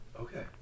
Okay